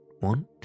want